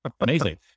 Amazing